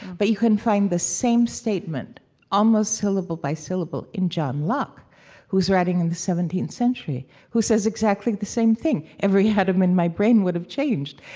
but you can find the same statement almost syllable but syllable in john locke who was writing in the seventeenth century, who says exactly the same thing. every atom in my brain would have changed.